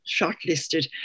shortlisted